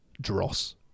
dross